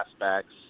aspects